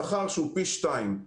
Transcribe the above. שכר שהוא פי שניים.